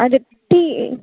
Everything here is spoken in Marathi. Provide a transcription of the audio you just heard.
अच्छा ठी